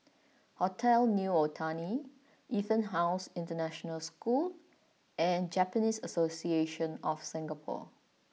Hotel New Otani EtonHouse International School and Japanese Association of Singapore